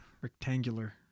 Rectangular